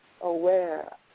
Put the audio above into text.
aware